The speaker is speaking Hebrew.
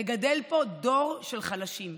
נגדל פה דור של חלשים,